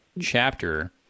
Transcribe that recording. chapter